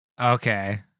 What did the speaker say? Okay